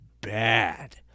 bad